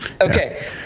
Okay